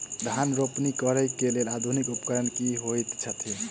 धान रोपनी करै कऽ लेल आधुनिक उपकरण की होइ छथि?